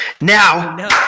Now